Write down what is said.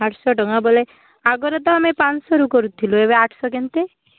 ଆଠଶହ ଟଙ୍କା ବୋଲେ ଆଗରୁ ତ ଆମେ ପାଞ୍ଚଶହରେ କରୁଥିଲୁ ଏବେ ଆଠଶହ କେମିତି